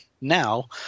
now